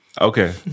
Okay